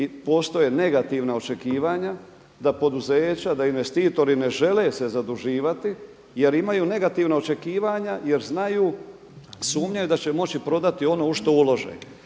postoje negativna očekivanja da poduzeća, da investitori ne žele se zaduživati jer imaju negativna očekivanja, jer znaju, sumnjaju da će moći prodati ono u što ulože.